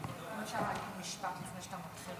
אם אפשר להגיד משפט לפני שאתה מתחיל